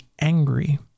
angry